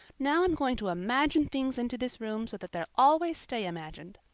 now i'm going to imagine things into this room so that they'll always stay imagined.